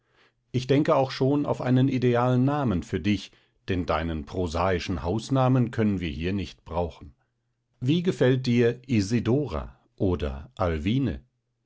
ich denke auch schon auf einen idealen namen für dich denn deinen prosaischen hausnamen können wir hier nicht brauchen wie gefällt dir isidora oder